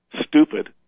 stupid